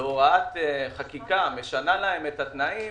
והוראת חקיקה משנה להם את התנאים